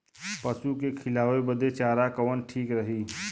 पशु के खिलावे बदे चारा कवन ठीक रही?